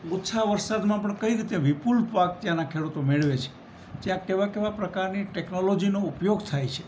ઓછા વરસાદમાં પણ કઈ રીતે વિપુલ પાક ત્યાંનાં ખેડૂતો મેળવે છે ત્યાં કેવા કેવા પ્રકારની ટેકનોલોજીનો ઉપયોગ થાય છે